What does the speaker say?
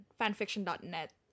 fanfiction.net